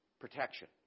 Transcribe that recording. protection